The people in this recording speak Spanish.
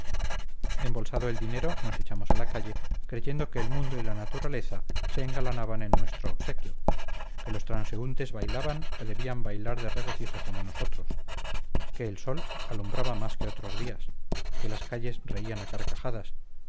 embolsado el dinero nos echamos a la calle creyendo que el mundo y la naturaleza se engalanaban en nuestro obsequio que los transeúntes bailaban o debían bailar de regocijo como nosotros que el sol alumbraba más que otros días que las calles reían a carcajadas